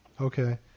Okay